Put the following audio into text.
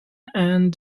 and